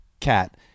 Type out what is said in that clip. Cat